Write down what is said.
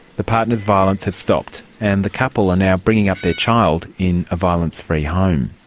the partner's violence has stopped and the couple are now bringing up their child in a violence-free home.